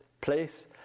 place